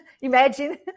Imagine